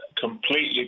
completely